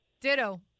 Ditto